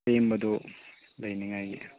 ꯂꯩꯅꯤꯡꯉꯥꯏꯒꯤ